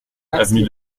avenue